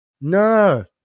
No